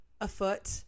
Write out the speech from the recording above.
afoot